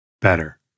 better